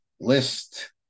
list